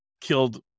killed